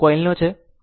આ કોઇલનો છે